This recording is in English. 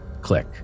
click